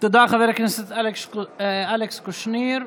תודה, חבר הכנסת אלכס קושניר.